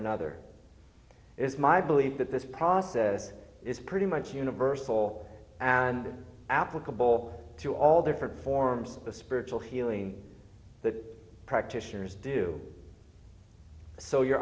another it's my belief that this process is pretty much universal and applicable to all different forms of the spiritual healing that practitioners do so your